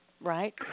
right